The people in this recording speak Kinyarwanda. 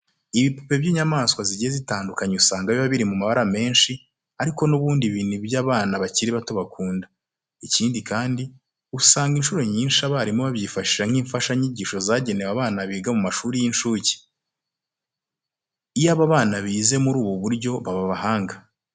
Ibipupe by'inyamaswa zigiye zitandukanye usanga biba biri mu mabara menshi ariko n'ubundi ibi ni byo abana bakiri bato bakunda. Ikindi kandi, usanga incuro nyinshi abarimu babyifashisha nk'imfashanyigisho zigenewe abana biga mu mashuri y'incuke. Iyo aba bana bize muri ubu buryo baba abahanga.